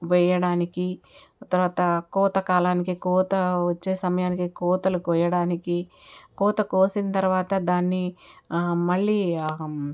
వేయడానికి తరువాత కోత కాలానికి కోత వచ్చే సమయానికి కోతలు కోయడానికి కోత కోసిన తరువాత దాన్ని మళ్ళీ